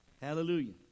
Hallelujah